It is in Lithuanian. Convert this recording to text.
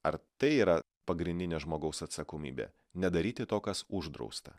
ar tai yra pagrindinė žmogaus atsakomybė nedaryti to kas uždrausta